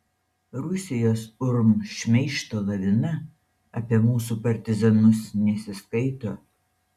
rusijos urm šmeižto lavina apie mūsų partizanus nesiskaito